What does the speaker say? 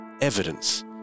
evidence